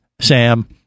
sam